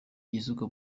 yisuka